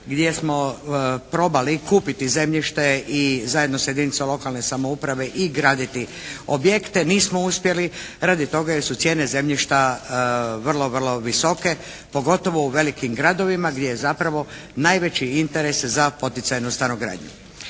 gdje smo probali kupiti zemljište i zajedno sa jedinicom lokalne samouprave i graditi objekte, nismo uspjeli radi toga jer su cijene zemljišta vrlo vrlo visoke pogotovo u velikim gradovima gdje je zapravo najveći interes za poticajnu stanogradnju.